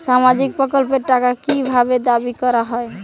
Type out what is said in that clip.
সামাজিক প্রকল্পের টাকা কি ভাবে দাবি করা হয়?